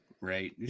right